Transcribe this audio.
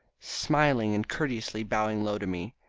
smiling and courteously bowing low to me.